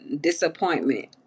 disappointment